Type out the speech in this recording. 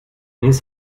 his